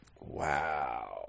Wow